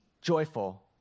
joyful